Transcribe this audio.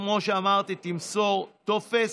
כמו שאמרתי, תמסור טופס.